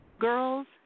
girls